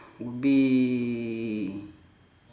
would be